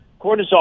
cortisol